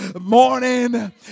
morning